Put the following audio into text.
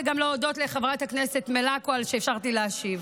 וגם להודות לחברת הכנסת מלקו על שאפשרת לי להשיב.